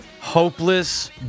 hopeless